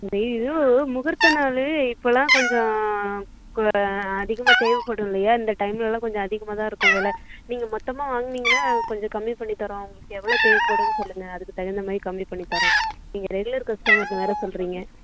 இது முகூர்த்த நாள் இப்போல்லாம் கொஞ்சம் அதிகமாக தேவைப்படும் இல்லையா இந்த டைம்லெலாம் கொஞ்சம் அதிகமாக தான் இருக்கும் வெலை நீங்கள் மொத்தமாக வாங்கினீங்கன்னா நாங்கள் கொஞ்சம் கம்மி பண்ணித்தரோம் உங்களுக்கு எவ்வளோ தேவைப்படுன்னு சொல்லுங்க அதுக்கு தகுந்த மாதிரி கம்மி பண்ணித்தரோம் நீங்க ரெகுலர் கஸ்டமர்ன்னு வேறு சொல்லுறிங்க